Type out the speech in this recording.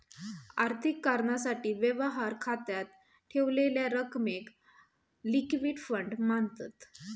आर्थिक कारणासाठी, व्यवहार खात्यात ठेवलेल्या रकमेक लिक्विड फंड मांनतत